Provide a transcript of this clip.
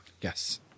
Yes